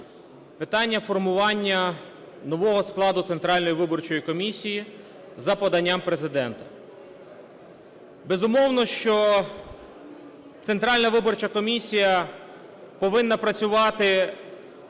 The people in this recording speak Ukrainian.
питання формування нового складу Центральної виборчої комісії за поданням Президента. Безумовно, що Центральна виборча комісія повинна працювати